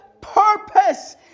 purpose